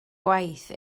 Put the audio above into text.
gwaith